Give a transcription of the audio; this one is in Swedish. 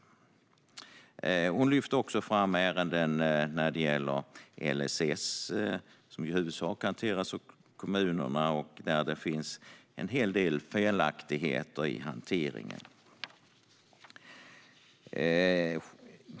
Elisabeth Rynning lyfter också fram ärenden när det gäller LSS, som i huvudsak hanteras av kommunerna och där det finns en hel del felaktigheter i hanteringen.